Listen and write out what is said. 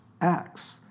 acts